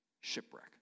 Shipwreck